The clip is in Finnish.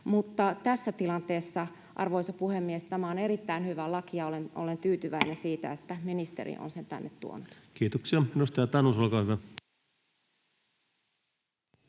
Tässä tilanteessa, arvoisa puhemies, tämä on erittäin hyvä laki, ja olen tyytyväinen siitä, että ministeri on sen tänne tuonut. Kiitoksia. — Edustaja Tanus, olkaa hyvä.